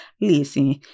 Listen